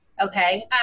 Okay